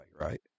right